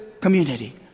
community